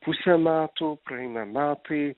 pusė metų praeina metai